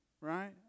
Right